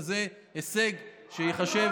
וזה הישג שייחשב,